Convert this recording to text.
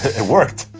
it worked.